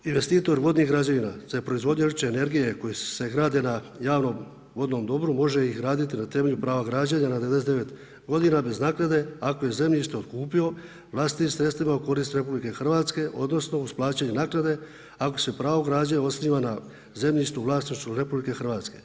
Investitor vodnih građevina za proizvodnju električne energije koje se grade na javnom vodnom dobru može ih raditi na temelju prava građenja na 99 godina bez naknade ako je zemljište otkupio vlastitim sredstvima u korist RH odnosno uz plaćanje naknade, ako se pravo građenja osniva na zemljištu u vlasništvu RH.